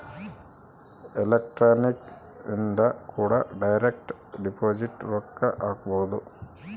electronic ಇಂದ ಕೂಡ direct deposit ರೊಕ್ಕ ಹಾಕ್ಬೊದು